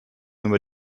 über